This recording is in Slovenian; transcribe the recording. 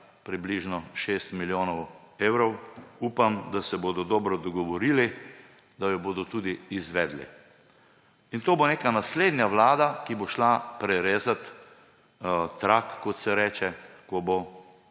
približno 6 milijonov evrov. Upam, da se bodo dobro dogovorili, da jo bodo tudi izvedli. To bo neka naslednja vlada, ki bo šla prerezat trak, kot se reče, ko bo